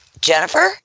Jennifer